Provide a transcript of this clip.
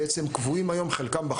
חלקם בעצם קבועים היום בחוק,